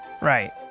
Right